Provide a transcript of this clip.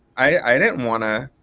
i didn't wanna